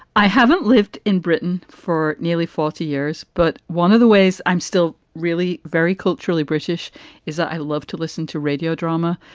i haven't lived in britain for nearly forty years, but one of the ways i'm still really very culturally british is that i love to listen to radio drama,